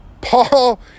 Paul